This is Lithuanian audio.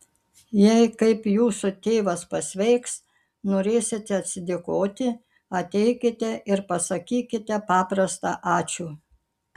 jei kaip jūsų tėvas pasveiks norėsite atsidėkoti ateikite ir pasakykite paprastą ačiū